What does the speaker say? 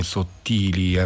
Sottili